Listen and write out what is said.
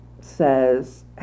says